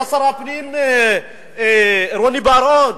היה שר הפנים רוני בר-און,